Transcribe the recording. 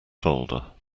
folder